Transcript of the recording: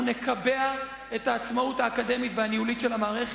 אנחנו נקבע את העצמאות האקדמית והניהולית של המערכת,